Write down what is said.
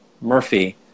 Murphy